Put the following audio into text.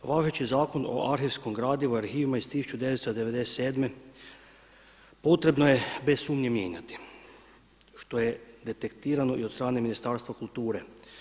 Važeći Zakon o arhivskom gradivu i arhivima iz 1997. potrebno je bez sumnje mijenjati, što je detektirano i od strane Ministarstva kulture.